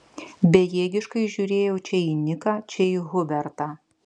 bejėgiškai žiūrėjau čia į niką čia į hubertą